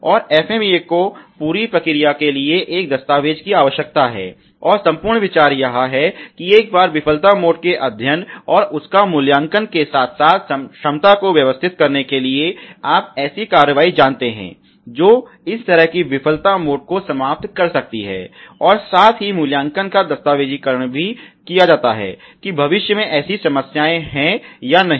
और FMEA को पूरी प्रक्रिया के लिए एक दस्तावेज की आवश्यकता है और संपूर्ण विचार यह है कि एक बार विफलता मोड के अध्ययन और उसका मूल्यांकन के साथ साथ क्षमता को व्यवस्थित करने के लिए आप ऐसी कार्रवाई जानते हैं जो इस तरह की विफलता मोड को समाप्त कर सकती है और साथ ही मूल्यांकन का दस्तावेजीकरण भी किया जाता है कि भविष्य में ऐसी समस्याएँ हैं या नहीं